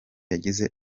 yagize